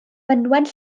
mynwent